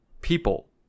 people